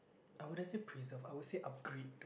I wouldn't say preserve I would say upgrade